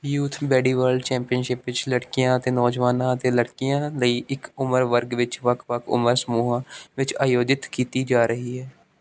youth bandy world championship ਵਿੱਚ ਲੜਕੀਆਂ ਅਤੇ ਨੌਜਵਾਨਾਂ ਅਤੇ ਲੜਕੀਆਂ ਲਈ ਇੱਕ ਉਮਰ ਵਰਗ ਵਿੱਚ ਵੱਖ ਵੱਖ ਉਮਰ ਸਮੂਹਾਂ ਵਿੱਚ ਆਯੋਜਿਤ ਕੀਤੀ ਜਾ ਰਹੀ ਹੈ